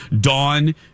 Dawn